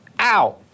Ow